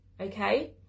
Okay